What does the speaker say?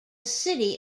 city